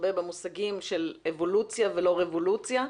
משתמש הרבה במושגים של אבולוציה ולא רבולוציה.